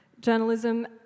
journalism